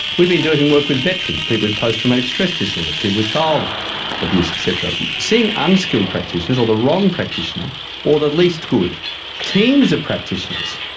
we've been doing work with veterans, people with post-traumatic stress disorder, people with child abuse et cetera, seeing unskilled practitioners or the wrong practitioner or the least good teams of practitioners,